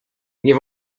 nie